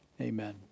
Amen